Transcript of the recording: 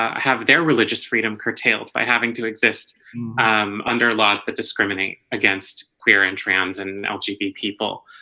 have their religious freedom curtailed by having to exist under laws that discriminate against queer and trans and lgbtq people